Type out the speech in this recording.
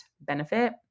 benefit